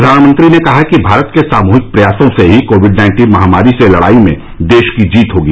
प्रधानमंत्री ने कहा कि भारत के सामूहिक प्रयासों से ही कोविड नाइन्टीन महामारी से लड़ाई में देश की जीत होगी